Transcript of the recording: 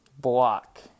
block